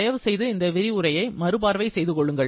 தயவுசெய்து இந்த விரிவுரையை மறுபார்வை செய்துகொள்ளுங்கள்